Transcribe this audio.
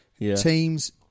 Teams